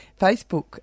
Facebook